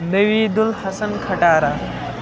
Naveed al-Hasan کھَٹارہ